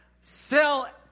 Sell